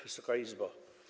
Wysoka Izbo!